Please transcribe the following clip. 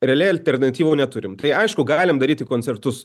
realiai alternatyvų neturim tai aišku galim daryti koncertus